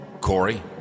Corey